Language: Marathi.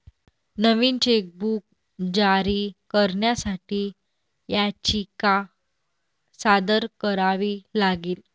नवीन चेकबुक जारी करण्यासाठी याचिका सादर करावी लागेल